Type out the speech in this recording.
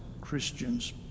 Christians